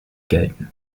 gelten